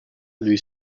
lui